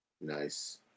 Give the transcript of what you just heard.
Nice